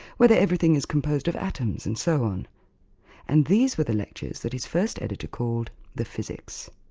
whether everything is composed of atoms, and so on and these were the lectures that his first editor called the physics.